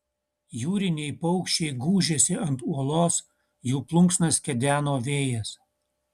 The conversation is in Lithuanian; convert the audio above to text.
jūriniai paukščiai gūžėsi ant uolos jų plunksnas kedeno vėjas